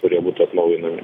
kurie būtų atnaujinami